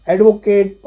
Advocate